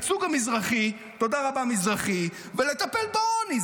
הייצוג המזרחי, תודה רבה, מזרחי, ולטפל בעוני.